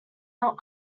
not